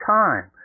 time